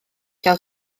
gael